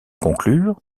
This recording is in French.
conclure